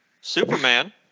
Superman